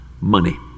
money